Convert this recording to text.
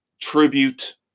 tribute